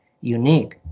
unique